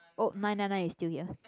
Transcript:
oh nine nine nine is still here